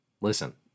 Listen